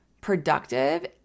productive